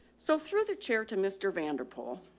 so through the chair to mr vanderpol,